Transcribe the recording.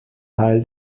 teil